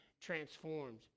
transformed